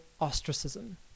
ostracism